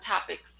topics